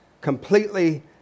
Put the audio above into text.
completely